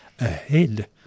ahead